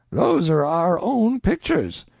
those are our own pictures!